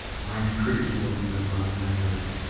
ranger creed is what you live by in ranger regiment.